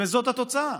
וזאת התוצאה.